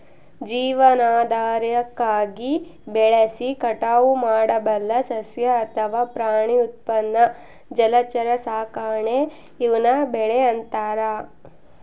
ಜೀವನಾಧಾರಕ್ಕಾಗಿ ಬೆಳೆಸಿ ಕಟಾವು ಮಾಡಬಲ್ಲ ಸಸ್ಯ ಅಥವಾ ಪ್ರಾಣಿ ಉತ್ಪನ್ನ ಜಲಚರ ಸಾಕಾಣೆ ಈವ್ನ ಬೆಳೆ ಅಂತಾರ